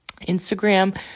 Instagram